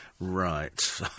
right